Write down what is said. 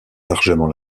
largement